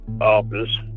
office